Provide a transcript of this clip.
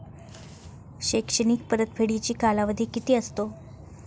शैक्षणिक परतफेडीचा कालावधी किती असतो?